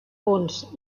punts